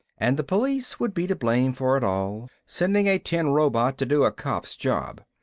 and the police would be to blame for it all sending a tin robot to do a cop's job.